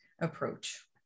approach